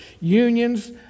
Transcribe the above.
Unions